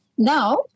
Now